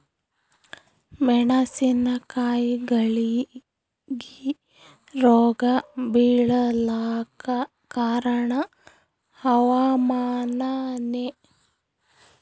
ಮೆಣಸಿನ ಕಾಯಿಗಳಿಗಿ ರೋಗ ಬಿಳಲಾಕ ಕಾರಣ ಹವಾಮಾನನೇ?